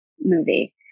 movie